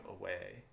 away